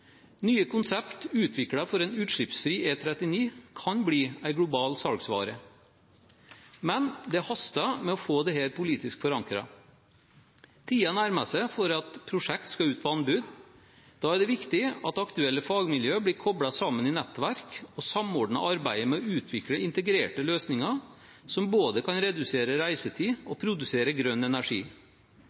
Nye konsepter utviklet for en utslippsfri E39 kan bli en global salgsvare. Men det haster med å få dette politisk forankret. Tiden nærmer seg for at prosjekter skal ut på anbud. Da er det viktig at aktuelle fagmiljøer blir koblet sammen i nettverk og samordner arbeidet med å utvikle integrerte løsninger som både kan redusere reisetid og produsere grønn energi.